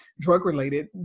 drug-related